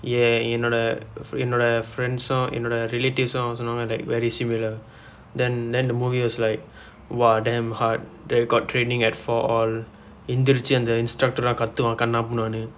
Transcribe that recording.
எ~ என்னோட :e~ ennooda friends என்னோட :ennooda relatives சொன்னார்கள்:sonnarkal like very similar then then the movie was like !wah! damn hard they got training at four all எந்திரிச்சு அந்த:enthirichsu andtha instructor எல்லாம் கண்ணா முண்ணா என்று:ellaam kannaa munnaa enru